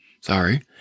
sorry